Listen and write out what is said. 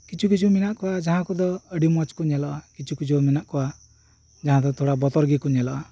ᱠᱤᱪᱷᱩ ᱠᱤᱪᱷᱩ ᱢᱮᱱᱟᱜ ᱠᱚᱣᱟ ᱡᱟᱦᱟᱸ ᱠᱚᱫᱚ ᱟᱹᱰᱤ ᱢᱚᱸᱡᱽ ᱠᱚ ᱧᱮᱞᱚᱜᱼᱟ ᱠᱤᱪᱷᱩ ᱠᱤᱪᱷᱩ ᱢᱮᱱᱟᱜ ᱠᱚᱣᱟ ᱡᱟᱦᱟᱸ ᱫᱚ ᱛᱷᱚᱲᱟ ᱵᱚᱛᱚᱨ ᱜᱮᱠᱚ ᱧᱮᱞᱚᱜᱼᱟ